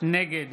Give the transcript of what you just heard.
נגד